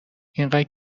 اینقد